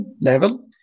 level